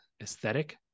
aesthetic